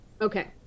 Okay